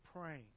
praying